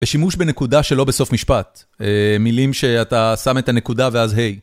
בשימוש בנקודה שלא בסוף משפט, מילים שאתה שם את הנקודה ואז היי.